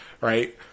right